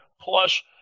Plus